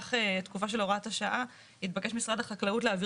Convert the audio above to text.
במהלך התקופה של הוראת השעה התבקש משרד החקלאות להעביר